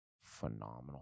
phenomenal